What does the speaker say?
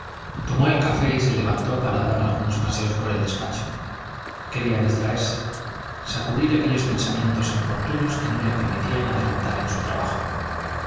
tomó el café y se levantó para dar algunos paseos por el despacho quería distraerse sacudir aquellos pensamientos importunos que no le permitían adelantar en su trabajo